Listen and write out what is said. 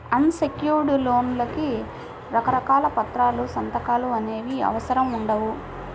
అన్ secured లోన్లకి రకరకాల పత్రాలు, సంతకాలు అనేవి అవసరం ఉండవు